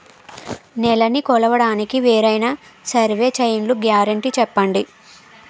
నేలనీ కొలవడానికి వేరైన సర్వే చైన్లు గ్యారంటీ చెప్పండి?